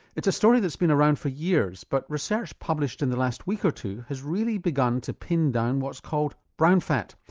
it's a story that's been around for years, but research published in the last week or two has really begun to pin down what's called brown fat.